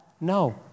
No